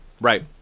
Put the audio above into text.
Right